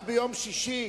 רק ביום שישי,